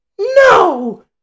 No